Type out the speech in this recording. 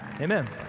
Amen